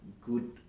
good